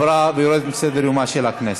התחלנו בהצבעה, אתה רוצה?